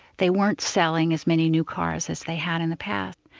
they weren't selling as many new cars as they had in the past.